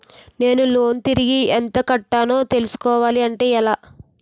నేను లోన్ తిరిగి ఎంత కట్టానో తెలుసుకోవాలి అంటే ఎలా?